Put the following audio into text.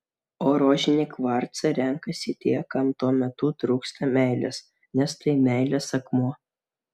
o rožinį kvarcą renkasi tie kam tuo metu trūksta meilės nes tai meilės akmuo